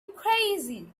crazy